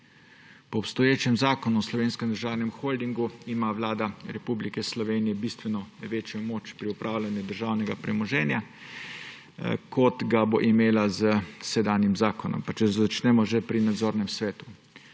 Po obstoječem Zakonu o Slovenskem državnem holdingu ima Vlada Republike Slovenije bistveno večjo moč pri upravljanju državnega premoženja, kot ga bo imela s sedanjim zakonom. Pa če začnemo že pri nadzornem svetu,